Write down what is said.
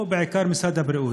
בעיקר משרד הבריאות.